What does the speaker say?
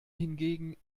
hingegen